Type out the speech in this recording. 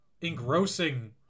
engrossing